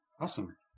Awesome